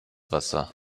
wasser